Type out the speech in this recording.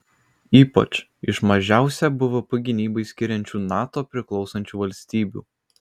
ypač iš mažiausią bvp gynybai skiriančių nato priklausančių valstybių